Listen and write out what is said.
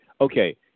Okay